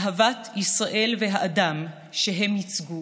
אהבת ישראל והאדם שהם ייצגו